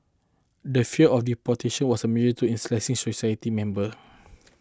the fear of deportation was a major tool in slashing society member